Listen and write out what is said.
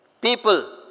People